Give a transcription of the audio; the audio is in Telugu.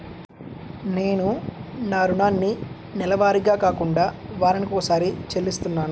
నేను నా రుణాన్ని నెలవారీగా కాకుండా వారానికోసారి చెల్లిస్తున్నాను